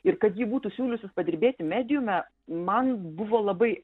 ir kad ji būtų siūliusis padirbėti mediume man buvo labai